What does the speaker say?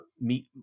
Meet